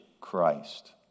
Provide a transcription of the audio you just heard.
Christ